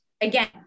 again